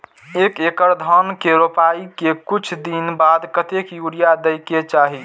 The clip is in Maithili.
एक एकड़ धान के रोपाई के कुछ दिन बाद कतेक यूरिया दे के चाही?